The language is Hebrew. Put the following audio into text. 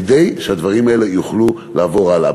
כדי שהדברים האלה יוכלו לעבור הלאה.